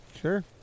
Sure